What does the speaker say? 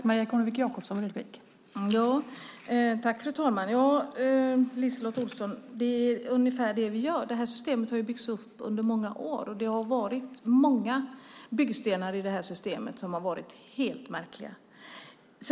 Fru talman! Det är ungefär det vi gör, LiseLotte Olsson. Det här systemet har byggts upp under många år, och det är många byggstenar i det som har varit helt märkliga.